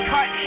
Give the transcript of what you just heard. Cut